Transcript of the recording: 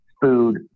food